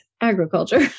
Agriculture